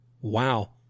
wow